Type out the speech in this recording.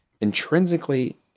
intrinsically